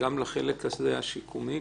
גם לחלק השיקומי.